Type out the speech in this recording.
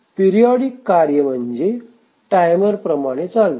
periodic कार्य म्हणजे timer प्रमाणे चालते